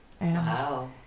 wow